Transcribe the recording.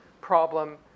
problem